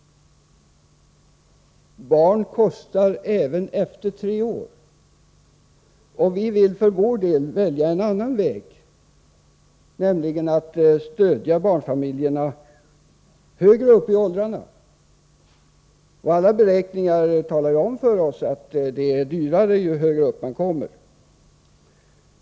Barn kostar även efter tre år. Vi vill för vår del välja en annan väg, nämligen att stödja barnfamiljerna högre upp i åldrarna. Alla beräkningar talar ju om för oss att det är dyrare, ju högre upp man kommer.